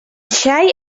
xai